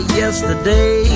yesterday